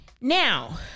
Now